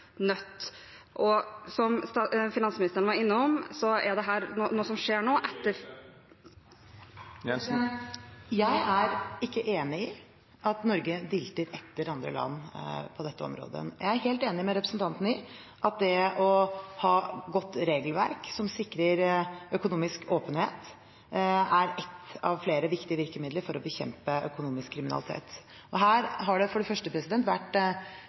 Og som finansministeren var innom, er dette noe som skjer nå, etter … Tida er ute. Jeg er ikke enig i at Norge dilter etter andre land på dette området. Jeg er helt enig med representanten i at det å ha godt regelverk som sikrer økonomisk åpenhet, er et av flere viktige virkemidler for å bekjempe økonomisk kriminalitet. Her har det for det første vært